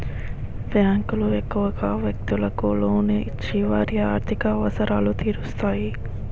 బ్యాంకులు ఎక్కువగా వ్యక్తులకు లోన్లు ఇచ్చి వారి ఆర్థిక అవసరాలు తీరుస్తాయి